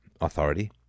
authority